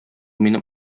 минем